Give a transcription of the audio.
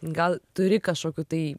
gal turi kažkokių tai